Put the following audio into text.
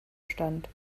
stand